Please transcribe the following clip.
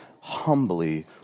humbly